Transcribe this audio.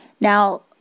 Now